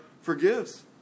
forgives